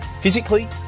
physically